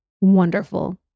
wonderful